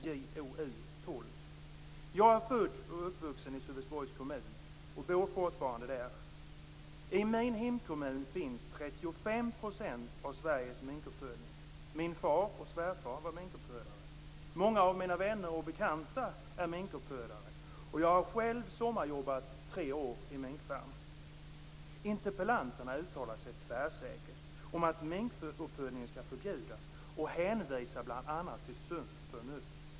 Jag är född och uppvuxen i Sölvesborgs kommun. Jag bor fortfarande där. I min hemkommun finns 35 % av Sveriges minkuppfödning. Min far och svärfar var minkuppfödare. Många av mina vänner och bekanta är minkuppfödare. Jag har själv sommarjobbat under tre år på en minkfarm. Interpellanterna uttalar sig tvärsäkert om att minkuppfödningen skall förbjudas. De hänvisar bl.a. till sunt förnuft.